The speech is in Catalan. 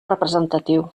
representatiu